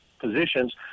positions